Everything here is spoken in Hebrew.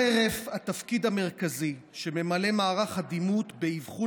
חרף התפקיד המרכזי שממלא מערך הדימות באבחון